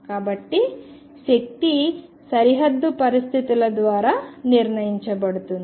కాబట్టి శక్తి సరిహద్దు పరిస్థితుల ద్వారా నిర్ణయించబడుతుంది